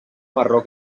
marró